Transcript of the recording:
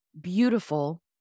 beautiful